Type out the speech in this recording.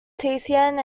thiessen